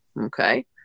okay